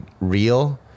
real